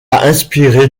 inspiré